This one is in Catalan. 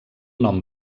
nom